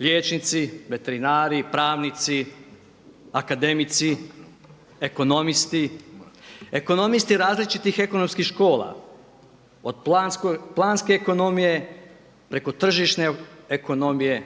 liječnici, veterinari, pravnici, akademici, ekonomisti. Ekonomisti različitih ekonomskih škola od planske ekonomije, preko tržišne ekonomije